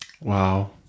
wow